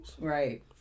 Right